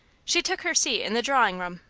she took her seat in the drawing-room,